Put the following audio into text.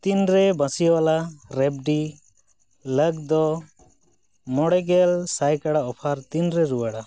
ᱛᱤᱱᱨᱮ ᱵᱟᱥᱤᱭᱚᱣᱟᱞᱟ ᱨᱮᱵᱷᱰᱤ ᱞᱟᱹᱜᱫᱚ ᱢᱚᱬᱮᱜᱮᱞ ᱥᱟᱭᱠᱟᱲᱟ ᱚᱯᱷᱟᱨ ᱛᱤᱱᱨᱮ ᱨᱩᱣᱟᱹᱲᱟ